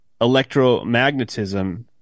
electromagnetism